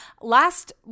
last